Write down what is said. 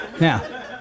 Now